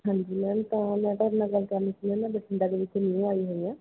ਹਾਂਜੀ ਮੈਮ ਤਾਂ ਮੈਂ ਤੁਹਾਡੇ ਨਾਲ ਗੱਲ ਕਰਨੀ ਸੀ ਮੈਂ ਨਾ ਬਠਿੰਡਾ ਦੇ ਵਿੱਚ ਨਿਊ ਆਈ ਹੋਈ ਹਾਂ